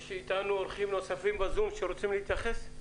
יש איתנו אורחים נוספים בזום שרוצים להתייחס?